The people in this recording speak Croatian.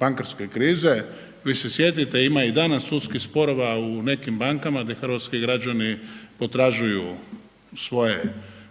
bankarske krize, vi se sjetite ima i danas sudskih sporova u nekim bankama gdje hrvatski građani potražuju svoje